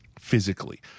physically